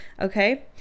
okay